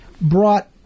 brought